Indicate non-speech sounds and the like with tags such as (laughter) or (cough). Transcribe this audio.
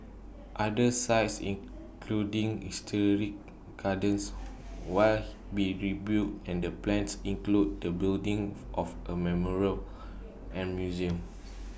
other sites including historic gardens will be rebuilt and the plans includes the building of A memorial (noise) and museum